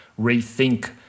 rethink